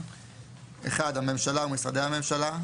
הממשלה ומשרדי הממשלה,